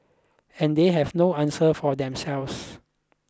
and they have no answer for themselves